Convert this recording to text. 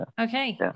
okay